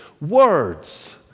words